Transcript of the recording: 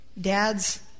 dads